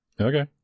Okay